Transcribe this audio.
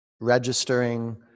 registering